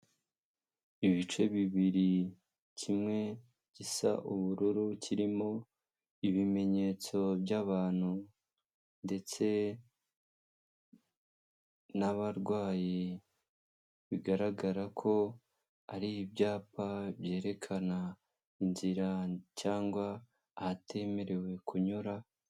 Ibice bibiri, kimwe gisa ubururu kirimo ibimenyetso by'abantu ndetse n'abarwayi bigaragara ko ari ibyapa byerekana inzira cyangwa ahatemerewe kunyura.